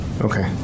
Okay